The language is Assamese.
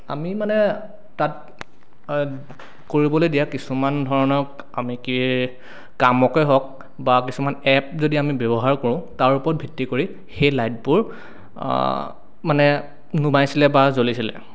আমি মানে তাত কৰিবলৈ দিয়া কিছুমান ধৰণৰ আমি কি কামকে হওঁক বা কিছুমান এপ যদি আমি ব্যৱহাৰ কৰোঁ তাৰ ওপৰত ভিত্তি কৰি সেই লাইটবোৰ মানে নুমাইছিলে বা জ্বলিছিলে